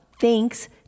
thanks